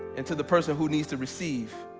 and to the person who needs to receive,